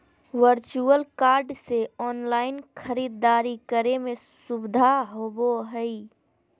virtual card से online खरीदारी करे में सुबधा होबो हइ